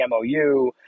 MOU